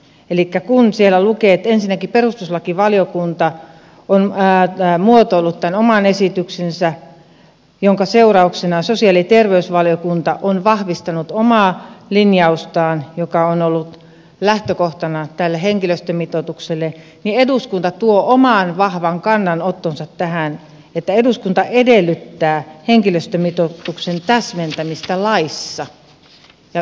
elikkä kun siellä lukee että ensinnäkin perustuslakivaliokunta on muotoillut tämän oman esityksensä jonka seurauksena sosiaali ja terveysvaliokunta on vahvistanut omaa linjaustaan joka on ollut lähtökohtana tälle henkilöstömitoitukselle niin eduskunta tuo oman vahvan kannanottonsa tähän että eduskunta edellyttää henkilöstömitoituksen täsmentämistä laissa